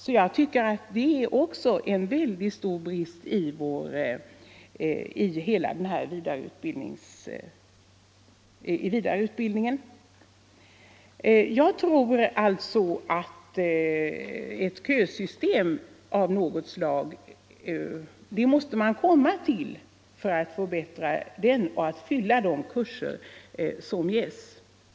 — behöriga lärare för Detta är också en mycket stor brist i vidareutbildningen. vårdutbildning Jag tycker alltså att vi måste ha ett kösystem av något slag för att förbättra situationen och fylla de kurser som ges.